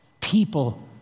People